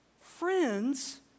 Friends